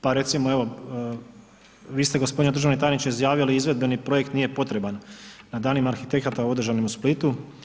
Pa recimo, evo, vi ste g. državni tajniče izjavili izvedbeni projekt nije potreban na danima arhitekata održanim u Splitu.